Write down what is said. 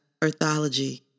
Earthology